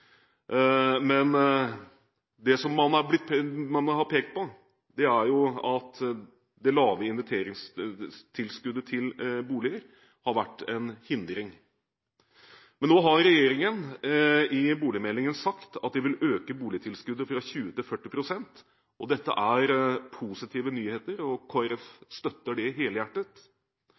men det man har pekt på, er jo at det lave investeringstilskuddet til boliger har vært en hindring. Men nå har regjeringen sagt i boligmeldingen at de vil øke boligtilskuddet fra 20 til 40 pst., og dette er positive nyheter som Kristelig Folkeparti støtter helhjertet. Det som mangler nå, er tidfesting av når pengene vil ligge på bordet, og